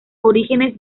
orígenes